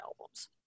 albums